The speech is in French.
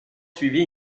suivi